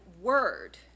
word